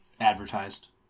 advertised